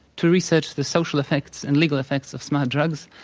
to research the social effects and legal effects of smart drugs.